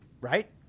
Right